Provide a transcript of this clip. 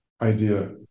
idea